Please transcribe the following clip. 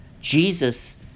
Jesus